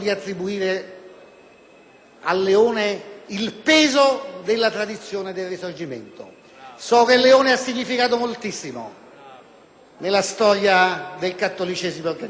il peso della tradizione del Risorgimento. So che Leone ha significato moltissimo nella storia del cattolicesimo organizzato.